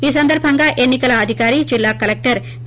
ఈ సందర్బంగా ఎన్ని కల అధికారి జిల్లా కలెక్టర్ వి